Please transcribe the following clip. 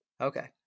Okay